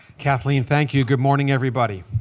kathleen, thank you. good morning, everybody.